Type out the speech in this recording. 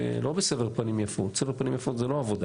לא בסבר פנים יפות סבר פנים יפות זה לא עבודה